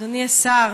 אדוני השר,